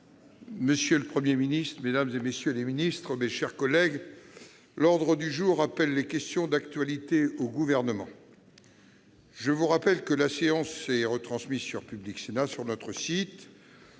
Monsieur le Premier ministre, mesdames, messieurs les ministres, mes chers collègues, l'ordre du jour appelle les questions d'actualité au Gouvernement. Je vous rappelle que la séance est retransmise en direct sur Public Sénat, sur le site